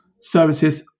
services